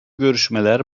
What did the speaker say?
görüşmeler